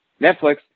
Netflix